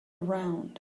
around